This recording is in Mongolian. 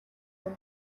хүн